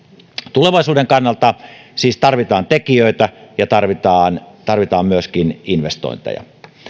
tulevaisuuden kannalta siis tarvitaan tekijöitä ja tarvitaan tarvitaan myöskin investointeja